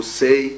say